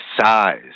size